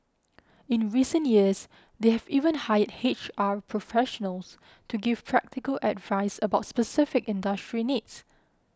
in recent years they have even hired H R professionals to give practical advice about specific industry needs